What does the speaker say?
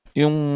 yung